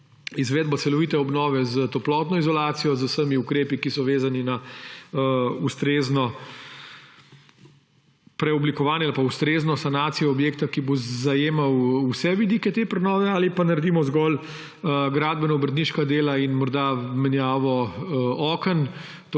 izvedbo celovite obnove s toplotno izolacijo, z vsemi ukrepi, ki so vezani na ustrezno preoblikovanje ali pa ustrezno sanacijo objekta, ki bo zajemala vse vidike te prenove, ali pa naredimo zgolj gradbeno-obrtniška dela in morda menjavo oken,